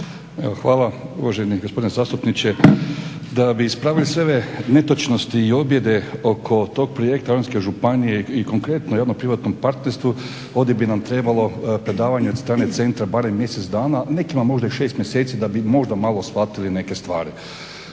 Hvala uvaženi gospodine zastupniče. Da bi ispravili sve ove netočnosti i objede oko tog projekta … županije i konkretno javno privatnom partnerstvu ovdje bi nam trebalo predavanje od strane centra barem mjesec dana, nekima možda i 6 mjeseci da bi možda malo shvatili neke stvari.